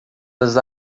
das